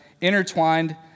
intertwined